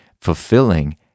fulfilling